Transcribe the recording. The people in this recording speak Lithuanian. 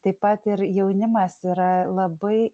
taip pat ir jaunimas yra labai